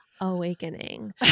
awakening